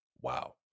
Wow